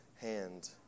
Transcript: hand